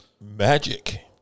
magic